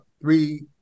three